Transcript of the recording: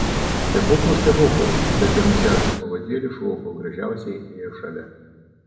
stebuklų stebuklas bet ir nusegus pavadėlį šuo kuo gražiausiai ėjo šalia